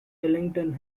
ellington